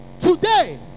Today